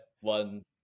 One